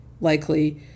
likely